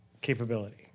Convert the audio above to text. capability